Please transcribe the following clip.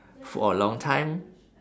for a long time